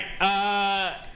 right